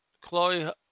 Chloe